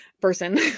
person